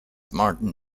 martin